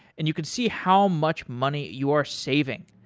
and you could see how much money you are saving.